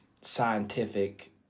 scientific